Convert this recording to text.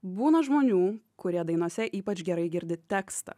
būna žmonių kurie dainose ypač gerai girdi tekstą